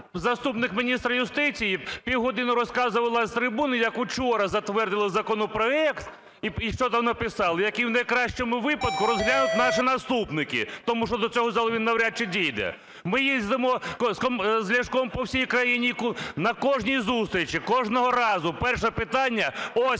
Заступник міністра юстиції півгодини розказувала з трибуни, як учора затвердили законопроект і що там написали, який, в найкращому випадку, розглянуть наші наступники, тому що до цього залу він навряд чи дійде. Ми їздимо з Ляшком по всій країні, і на кожній зустрічі, кожного разу перше питання: ось